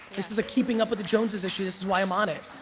this is a keeping up with the joneses issue is why i'm on it.